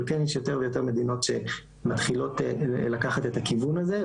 אבל כן יש יותר ויותר מדינות שמתחילות לקחת את הכיוון הזה.